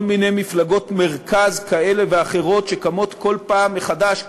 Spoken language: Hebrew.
כל מיני מפלגות מרכז כאלה ואחרות שקמות כל פעם מחדש.